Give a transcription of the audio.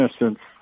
innocence